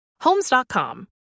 Homes.com